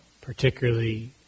particularly